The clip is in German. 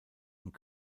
und